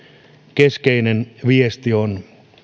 keskeinen viesti on